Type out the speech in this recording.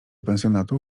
pensjonatu